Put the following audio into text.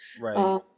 Right